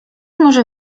może